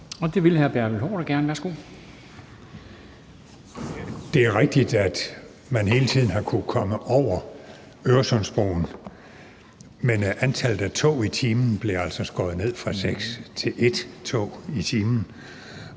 Kl. 15:12 Bertel Haarder (V): Det er rigtigt, at man hele tiden har kunnet komme over Øresundsbroen, men antallet af tog blev altså skåret ned fra seks til ét tog i timen,